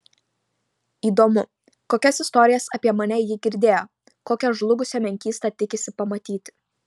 įdomu kokias istorijas apie mane ji girdėjo kokią žlugusią menkystą tikisi pamatyti